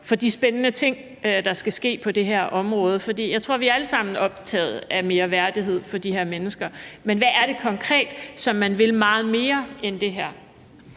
for de spændende ting, der skal ske på det her område? For jeg tror, vi alle sammen er optaget af mere værdighed for de her mennesker. Men hvad er det, man konkret vil gøre, som er meget mere end det her?